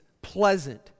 Pleasant